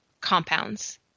compounds